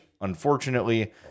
Unfortunately